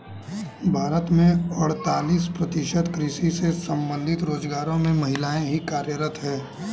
भारत के अड़तालीस प्रतिशत कृषि से संबंधित रोजगारों में महिलाएं ही कार्यरत हैं